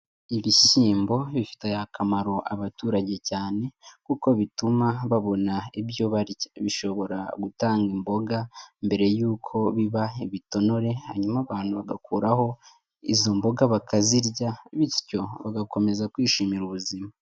Ibishyimbo bifitiye akamaro abaturage cyane kuko bituma babona ibyo barya, bishobora gutanga imboga mbere yuko biba ibitonore, hanyuma abantu bagakuraho izo mboga bakazirya bityo bagakomeza kwishimira ubuzima.